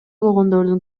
болгондордун